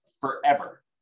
forever